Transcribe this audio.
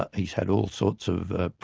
ah he's had all sorts of